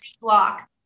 Block